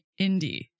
indie